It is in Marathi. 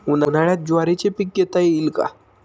उन्हाळ्यात ज्वारीचे पीक घेता येईल का?